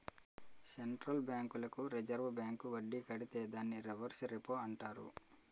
central బ్యాంకులకు reserve bank వడ్డీ కడితే దాన్ని రివర్స్ రెపో అంటారు